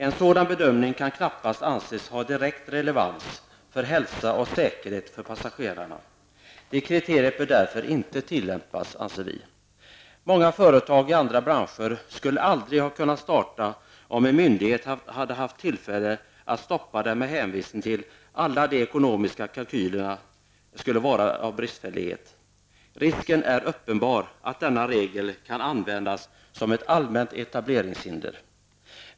En sådan bedömning kan knappast anses ha direkt relevans för hälsa och säkerhet för passagerarna. Det kriteriet bör därför inte tillämpas, anser vi. Många företag i andra branscher skulle aldrig ha kunnat starta, om en myndighet hade haft tillfälle att stoppa dem med hänvisning till att de ekonomiska kalkylerna skulle vara för bristfälliga. Risken är uppenbar att denna regel kan användas som ett allmänt etableringshinder.